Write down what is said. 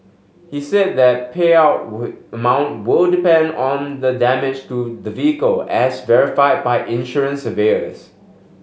he said that payout amount will depend on the damage to the vehicle as verified by insurance surveyors